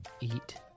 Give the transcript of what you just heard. eat